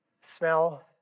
smell